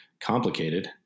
complicated